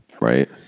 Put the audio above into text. Right